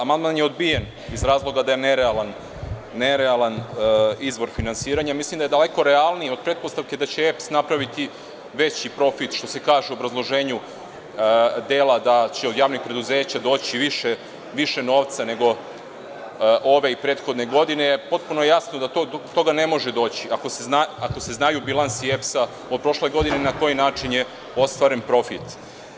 Amandman je odbijen iz razloga da je nerealan izvor finansiranja i mislim da je daleko realnije od pretpostavke da će EPS napraviti veći profit, što se kaže u obrazloženju dela da će od javnih preduzeća doći više novca nego ove i prethodne godine i potpuno je jasno da do toga ne može doći, ako se znaju bilansi EPS od prošle godine i na koji način je ostvaren profit.